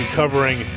covering